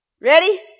Ready